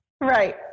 Right